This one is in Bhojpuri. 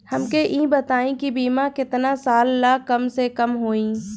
हमके ई बताई कि बीमा केतना साल ला कम से कम होई?